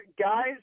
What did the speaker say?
guys